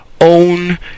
own